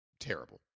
terrible